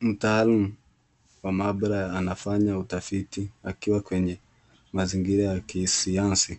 Mtaalum wa maabara anafanya utafiti akiwa kwenye mazingira ya kisiyansi.